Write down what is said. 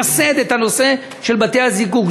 למסד את הנושא של בתי-הזיקוק.